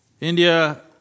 India